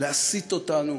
להסית אותנו